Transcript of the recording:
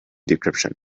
decryption